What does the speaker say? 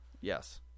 Yes